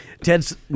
Ted's